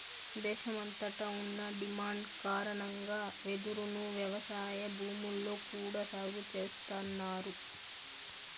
దేశమంతట ఉన్న డిమాండ్ కారణంగా వెదురును వ్యవసాయ భూముల్లో కూడా సాగు చేస్తన్నారు